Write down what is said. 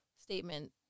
statement